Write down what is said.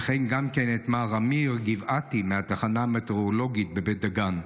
וכן גם כן את מר עמיר גבעתי מהתחנה המטאורולוגית בבית דגן.